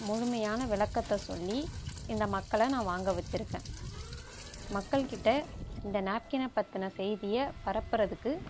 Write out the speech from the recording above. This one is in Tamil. முழுமையான விளக்கத்தை சொல்லி இந்த மக்களை நான் வாங்க வச்சுருக்கன் மக்கள் கிட்ட இந்த நேப்கின்னை பற்றின செய்தியை பரப்பரத்துக்கு